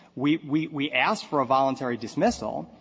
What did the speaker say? we we we asked for a voluntary dismissal,